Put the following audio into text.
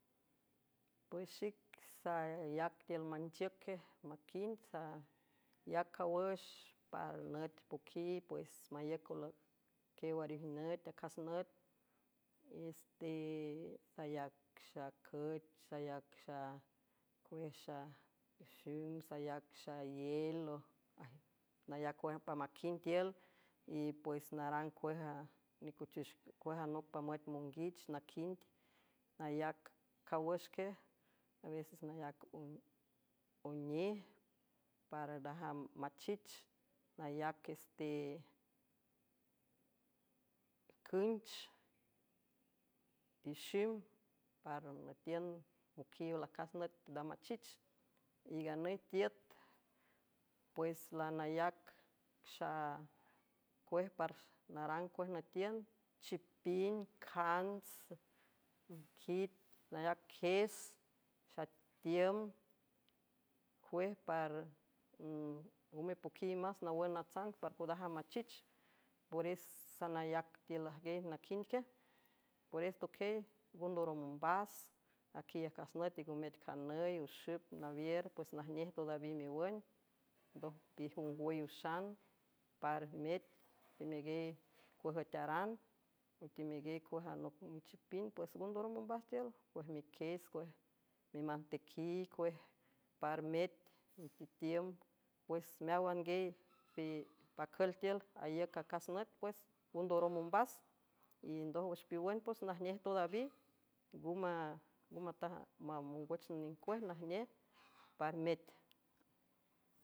Pues xic sayac tiül manchiüc uiej maquind sayac cawüx par nüt poquiig pues maíüc olquiew arijnüt acas nüt ise sayacxacüc sayaxe xx sayac xeiel nayac pamaquind tiül y pues narang enicuchic cueja noc pamüt monguich naquind nayac cawüx quiej aveces nayac onej par raja machich nayac es tecünch ixim parnütiün moquiw lacas nüt dam machich y nganüy tiüt pues lccuej parnarang cuej nütiün chipind cansi nayac qes etiüm cuej rngume poquiy más nawün natsan parjoodaja machich pores sanayac tiül ajgiey naquind quiaj pores toquiey ngondorom ombas aquiy acas nüt y ngo met canüy oxüp nawier pues najnej teodaví miwün ndoj pej ongwüy uxan par met temegiey cuejüetaran temeguiey cuejanop michipind pues ngondorom ombas tiül cuej mequies cuej mimantequiig cuej par met ititiüm pues meáwan guiey pacül tiül aíüc acas nüt pues ngondorom ombas y ndojwüx piwün pues najnej todaví nngu mataj mamongwüchan ning cuej najnej par met.